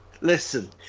Listen